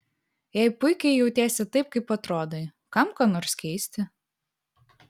jei puikiai jautiesi taip kaip atrodai kam ką nors keisti